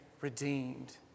redeemed